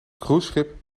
cruiseschip